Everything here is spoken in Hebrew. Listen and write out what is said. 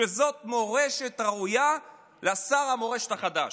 שזו מורשת ראויה לשר המורשת החדש.